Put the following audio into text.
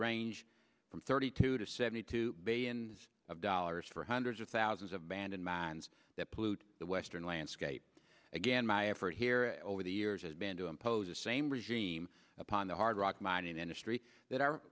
range from thirty two to seventy two billion dollars for hundreds of thousands of bandon mines that pollute the western landscape again my effort here over the years has been to impose a same regime upon the hard rock mining industry that